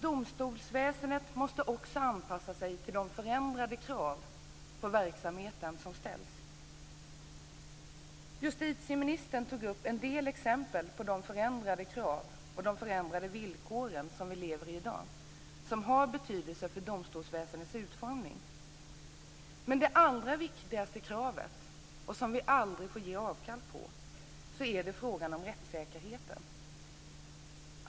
Domstolsväsendet måste också anpassa sig till de förändrade krav på verksamheten som ställs. Justitieministern tog upp en del exempel på de förändrade krav och de förändrade villkor som vi lever under i dag, som har betydelse för domstolsväsendets utformning. Men det allra viktigaste kravet, som vi aldrig får ge avkall på, är kravet på rättssäkerhet.